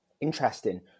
Interesting